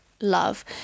love